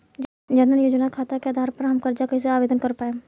जन धन योजना खाता के आधार पर हम कर्जा कईसे आवेदन कर पाएम?